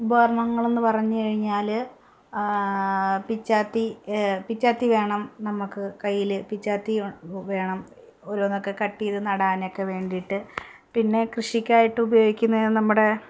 ഉപകരണങ്ങൾ എന്ന് പറഞ്ഞ് കഴിഞ്ഞാൽ പിച്ചാത്തി പിച്ചാത്തി വേണം നമുക്ക് കയ്യിൽ പിച്ചാത്തി വേണം ഓരോന്നൊക്കെ കട്ട് ചെയ്ത് നടാനൊക്കെ വേണ്ടിയിട്ട് പിന്നെ കൃഷിക്കായിട്ട് ഉപയോഗിക്കുന്നത് നമ്മുടെ